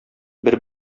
бер